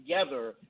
together